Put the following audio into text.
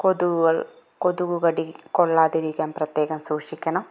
കൊതുകുകള് കൊതുകുകടി കൊള്ളാതിരിക്കാന് പ്രത്യേകം സൂക്ഷിക്കണം